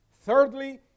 Thirdly